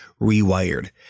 rewired